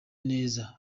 neza